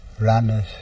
runners